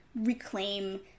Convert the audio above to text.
reclaim